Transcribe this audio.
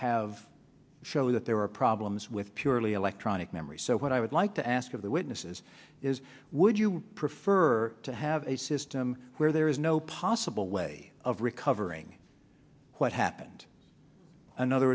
have show that there are problems with purely electronic memory so what i would like to ask of the witnesses is would you prefer to have a system where there is no possible way of recovering what happened another